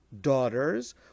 daughters